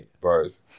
Bars